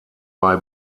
bei